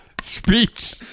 speech